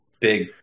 big